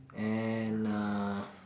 and uh